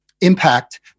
impact